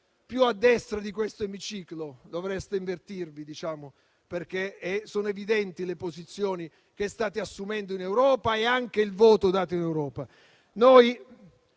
più a destra di questo Emiciclo. Dovreste invertirvi, perché sono evidenti le posizioni che state assumendo in Europa e anche il voto dato in Europa.